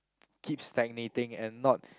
keep stagnating and not